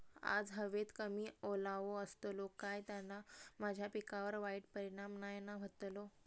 आज हवेत कमी ओलावो असतलो काय त्याना माझ्या पिकावर वाईट परिणाम नाय ना व्हतलो?